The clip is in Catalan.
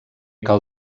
cal